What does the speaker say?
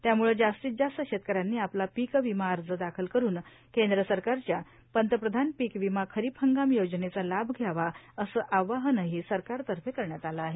त्यामुळं जास्तीत जास्त शेतकऱ्यांनी आपला पीक विमा अर्ज दाखल करुन केंद्र सरकारच्या पंतप्रधान पीकविमा खरीप हंगाम योजनेचा लाभ घ्यावार असं आवाहनही सरकारतर्फे करण्यात आलं आहे